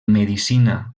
medicina